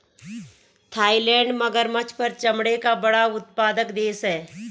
Thailand मगरमच्छ पर चमड़े का बड़ा उत्पादक देश है